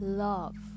love